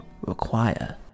require